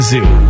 Zoo